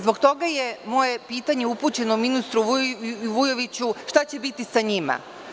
Zbog toga je moje pitanje upućeno ministru Vujoviću – šta će biti sa njima?